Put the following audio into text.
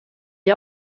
gli